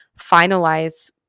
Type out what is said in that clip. finalize